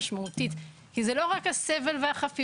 משמעותית כי זה לא רק הסבל והחפירות,